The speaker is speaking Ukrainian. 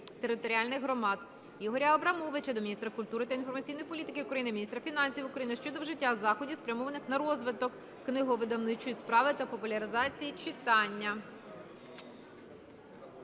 територіальних громад. Ігоря Абрамовича до міністра культури та інформаційної політики України, міністра фінансів України щодо вжиття заходів, спрямованих на розвиток книговидавничої справи та популяризації читання.